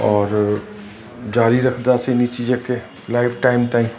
और जारी रखंदासीं हिन चीज खे लाइफ टाइम ताईं